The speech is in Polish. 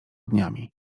dniami